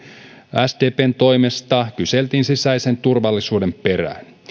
sdpn toimesta kyseltiin sisäisen turvallisuuden perään